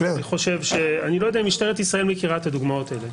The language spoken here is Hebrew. אני לא יודע אם משטרת ישראל מכירה את הדוגמאות האלה.